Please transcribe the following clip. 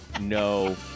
No